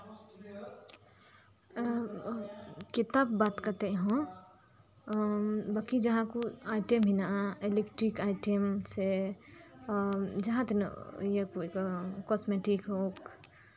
ᱠᱤᱛᱟᱹᱵ ᱵᱟᱫ ᱠᱟᱛᱮᱫ ᱦᱚᱸ ᱵᱟᱹᱠᱤ ᱡᱟᱦᱟᱸ ᱠᱚ ᱟᱭᱴᱮᱢ ᱦᱮᱱᱟᱜᱼᱟ ᱤᱞᱮᱠᱴᱨᱤᱠ ᱟᱭᱴᱮᱢ ᱥᱮ ᱡᱟᱦᱟᱸ ᱛᱤᱱᱟᱹᱜ ᱤᱭᱟᱹ ᱠᱚᱡ ᱠᱚᱥᱢᱮᱴᱤᱠ ᱦᱳᱠ